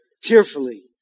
tearfully